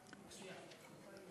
גברתי.